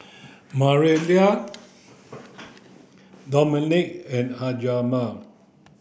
Mariana Dominik and Hjalmar